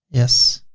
yes.